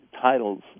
titles